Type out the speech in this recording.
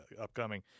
upcoming